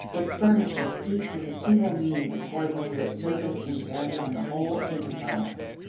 it furnishes each with a single meaning according to its service in carrying on the whole enterprise.